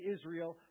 Israel